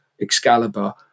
Excalibur